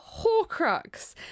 horcrux